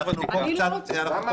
אני לא רוצה.